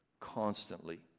constantly